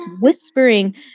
whispering